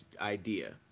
idea